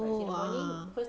oh !wah!